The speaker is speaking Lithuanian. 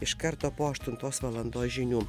iš karto po aštuntos valandos žinių